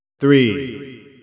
Three